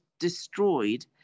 destroyed